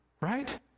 right